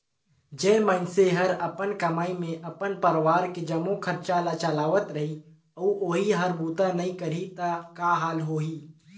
जेन मइनसे हर अपन कमई मे अपन परवार के जम्मो खरचा ल चलावत रही अउ ओही हर बूता नइ करही त का हाल होही